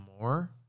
more